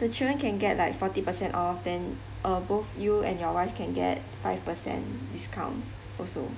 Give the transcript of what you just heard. the children can get like forty percent off then uh both you and your wife can get five percent discount also